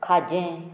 खाजें